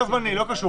זה לא קשור.